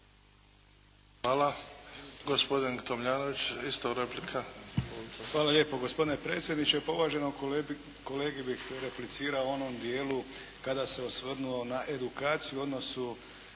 replika. Izvolite. **Tomljanović, Emil (HDZ)** Hvala lijepo gospodine predsjedniče. Pa uvaženom kolegi bih replicirao u onom dijelu kada se osvrnuo na edukaciju u odnosu